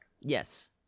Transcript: Yes